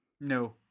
No